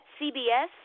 CBS